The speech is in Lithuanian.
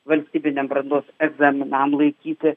valstybiniam brandos egzaminam laikyti